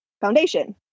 foundation